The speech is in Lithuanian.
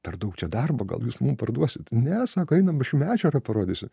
per daug čia darbo gal jūs mums parduosit ne sako einam aš jums ežerą parodysiu